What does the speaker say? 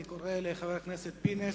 אני קורא לחבר הכנסת אופיר פינס,